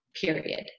period